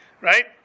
Right